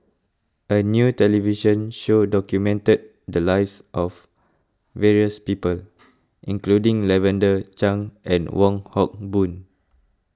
a new television show documented the lives of various people including Lavender Chang and Wong Hock Boon